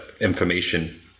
information